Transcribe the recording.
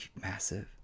massive